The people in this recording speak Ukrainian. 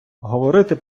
говорити